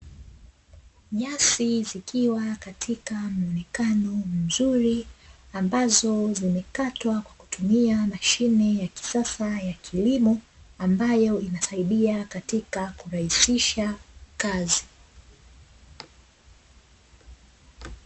Nyasi zikiwa katika mwonekano mzuri, ambazo zimekatwa kwa kutumia mashine ya kisasa ya kilimo, ambayo inasaidia katika kurahisisha kazi.